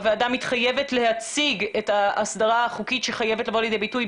הוועדה מתחייבת להציג את ההסדרה החוקית שחייבת לבוא לידי ביטוי,